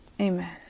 Amen